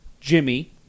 Jimmy